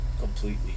completely